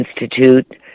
Institute